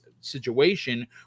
situation